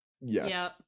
Yes